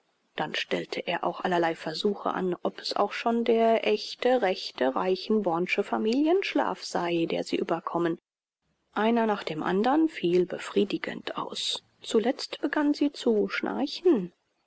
dann stellte er auch allerlei versuche an ob es auch schon der echte rechte reichenborn'sche familienschlaf sei der sie überkommen einer nach dem andern fiel befriedigend aus zuletzt begann sie zu schnarchen